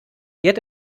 yet